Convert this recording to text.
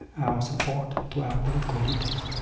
our support to our political leaders.